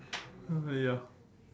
uh ya